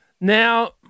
Now